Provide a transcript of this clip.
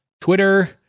Twitter